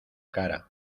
cara